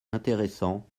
intéressant